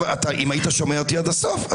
אם היית שומע אותי עד הסוף,